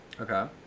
Okay